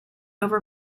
over